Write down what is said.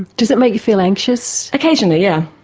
does that make you feel anxious? occasionally yeah